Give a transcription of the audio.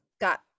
got